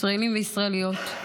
ישראלים וישראליות,